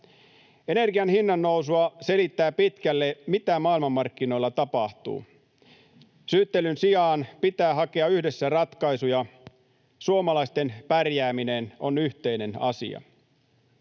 Energian hinnan nousua selittää pitkälle se, mitä maailmanmarkkinoilla tapahtuu. Syyttelyn sijaan pitää hakea yhdessä ratkaisuja. Suomalaisten pärjääminen on yhteinen asia.